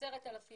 העיקר בטלפון